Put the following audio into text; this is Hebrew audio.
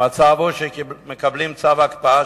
המצב הוא שמקבלים צו הקפאה,